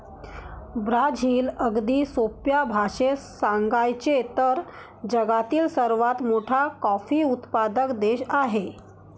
Brazil, अगदी सोप्या भाषेत सांगायचे तर, जगातील सर्वात मोठा कॉफी उत्पादक देश आहे